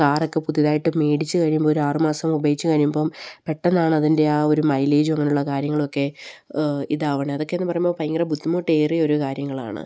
car ഒക്കെ പുതിയതായിട്ട് മേടിച്ച് കഴിയുമ്പോൾ ഒരു ആറ് മാസം ഉപയോഗിച്ച് കഴിയുമ്പം പെട്ടെന്നാണ് അതിൻ്റെ ആ ഒരു മൈലേജും അങ്ങനെയുള്ള കാര്യങ്ങളൊക്കെ ഇതാകണത് അതൊക്കേന്ന് പറയുമ്പോൾ ഭയങ്കര ബുദ്ധിമുട്ട് ഏറിയ ഒരു കാര്യങ്ങളാണ്